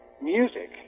music